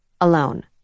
Alone